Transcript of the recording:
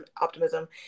optimism